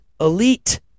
elite